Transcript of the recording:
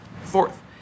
Fourth